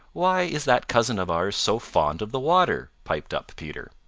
why is that cousin of ours so fond of the water? piped up peter.